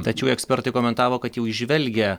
tačiau ekspertai komentavo kad jau įžvelgia